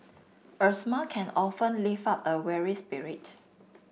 a smile can often lift up a weary spirit